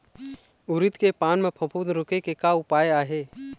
उरीद के पान म फफूंद रोके के का उपाय आहे?